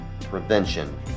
prevention